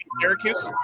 Syracuse